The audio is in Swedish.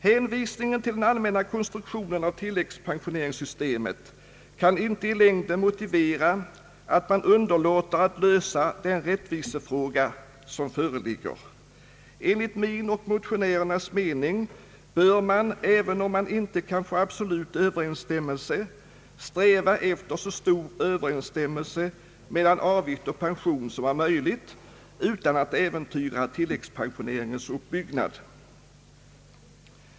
Hänvisningen till den allmänna konstruktionen av tilläggspensionssystemet kan inte i längden motivera att man underlåter att lösa den rättvisefråga som föreligger. Enligt min och motionärernas mening bör man, även om man inte kan få absolut överensstämmelse, sträva efter så stor överensstämmelse mellan avgift och pension som är möjlig utan att äventyra tilläggspensioneringens uppbyggnad.